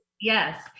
yes